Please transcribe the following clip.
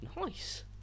Nice